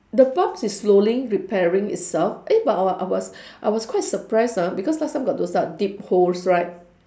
the bumps is slowly repairing itself eh but I wa~ I was I was quite surprised ah because last time got those type of deep holes right